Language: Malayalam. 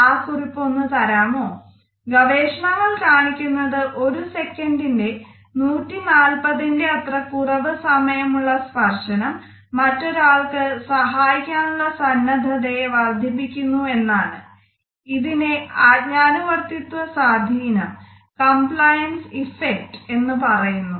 ആ കുറിപ്പ് ഒന്ന് തരാമോ ഗവേഷണങ്ങൾ കാണിക്കുന്നത് ഒരു സെക്കൻന്റിന്റെ 140 ന്റെ അത്ര കുറവ് സമയമുള്ള സ്പർശനം മറ്റൊരാൾക്ക് സഹായിക്കാനുള്ള സന്നദ്ധതയെ വർധിപ്പിക്കുന്നു എന്നാണ് ഇതിനെ ആജ്ഞനുവർത്തിത്വ സ്വാധീനം എന്ന് പറയുന്നു